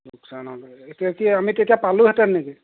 লোকচান হ'ব এতিয়া কি আমি তেতিয়া পালোঁহেঁতেন নেকি